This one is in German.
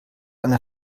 eine